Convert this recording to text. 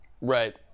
Right